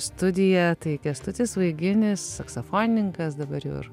studiją tai kęstutis vaiginis saksofonininkas dabar jau ir